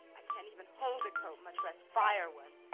i can't even hold a colt, much less fire one.